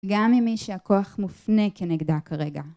גם ממי שהכוח מופנה כנגדה כרגע.